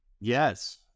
Yes